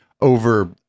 over